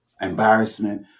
Embarrassment